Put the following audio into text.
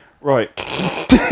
right